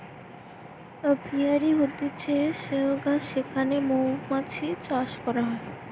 apiary হতিছে সেহগা যেখানে মৌমাতছি চাষ করা হয়